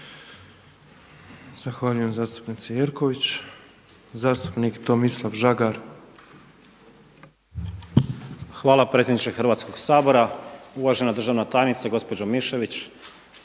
Zahvaljujem zastupnici Jerković. Zastupnik Tomislav Žagar. **Žagar, Tomislav (Nezavisni)** Hvala predsjedniče Hrvatskog sabora. Uvažena državna tajnice, gospođo Mišević